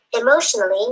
emotionally